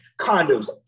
condos